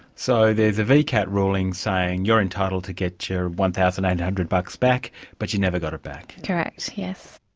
so, there's a vcat ruling saying, you're entitled to get your one thousand eight hundred bucks back but you never got it back. correct, yes.